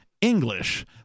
english